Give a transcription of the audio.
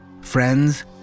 friends